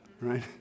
right